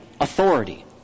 Authority